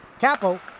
Capo